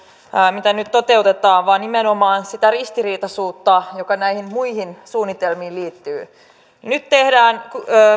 mitä nyt toteutetaan vaan nimenomaan se ristiriitaisuus joka näihin muihin suunnitelmiin liittyy nyt